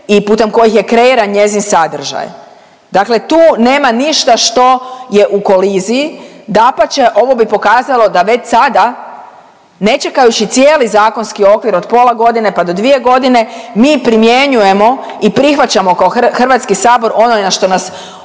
i putem kojih je kreiran njezin sadržaj. Dakle, tu nema ništa što je u koliziji. Dapače ovo bi pokazalo da već sada ne čekajući cijeli zakonski okvir od pola godine pa do dvije godine mi primjenjujemo i prihvaćamo kao Hrvatski sabor ono na što nas obvezuje